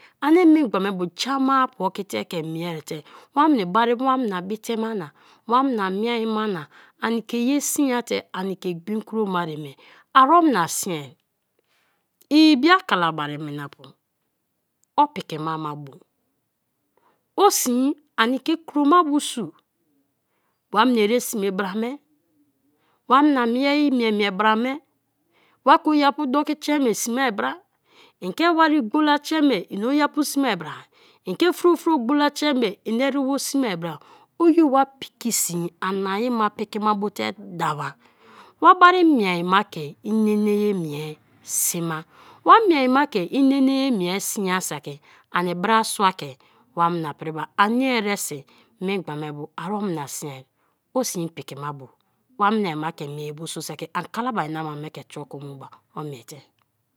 Ani memgba me bu ja maapu oki te ke miea te wana bara wana bite ma na, wana mieai ma na ani ke ye siia te ani ke gbei kro ma me, ari mia siai ibiaa kalabari minapu opiki ma ama bo osin ani ke kroma bo sien, wanina ere sme bra me, wam na miea mie mie bara mei wa ke oyiape doki tre me sme bra, i ke wari gbola treme ina oyiape smea bro, ike fro fro gbola treme i erebo sme bra, oye wa piki sin ani ma piki ma bote dawa; wa bari miea ma ke i nene ya mie di ma; wa miea ma ke inene ya mie siia saki ani brasua ke wamna priba; ani eresi memgba me bu aro mua siarii osin piki ma bo, wa mina-a ma ke miea bu sun saki an kalabari na aina me ke troko muba; omiete.